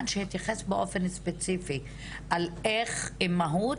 שמתייחס באופן ספציפי על איך אימהות,